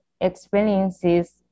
experiences